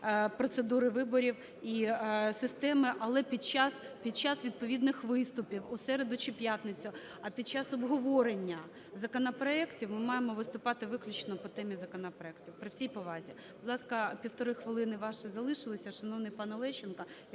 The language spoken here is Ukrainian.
процедури виборів і системи, але під час, під час відповідних виступів у середу чи п'ятницю. А під час обговорення законопроектів ми маємо виступати виключно по темі законопроектів, при всій повазі. Будь ласка, півтори хвилини ваші залишилися, шановний пане Лещенко,